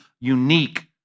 unique